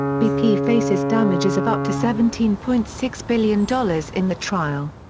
bp faces damages of up to seventeen point six billion dollars in the trial.